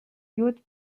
yacht